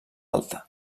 alta